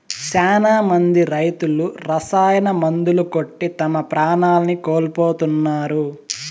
శ్యానా మంది రైతులు రసాయన మందులు కొట్టి తమ ప్రాణాల్ని కోల్పోతున్నారు